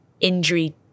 injury